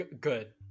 Good